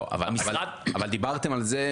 לא, אבל דיברתם על זה.